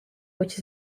which